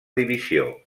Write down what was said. divisió